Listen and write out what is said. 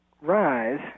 rise